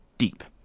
deep.